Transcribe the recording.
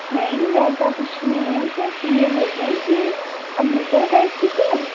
नहीं वैसा कुछ नहीं है सिर्फ़ यह बोल रहें है कि आप दूसरा ट्राय कीजिए न